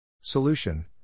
Solution